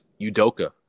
Udoka